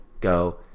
go